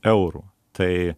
eurų tai